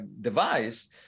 device